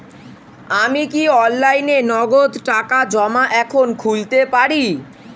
আমি কি অনলাইনে নগদ টাকা জমা এখন খুলতে পারি?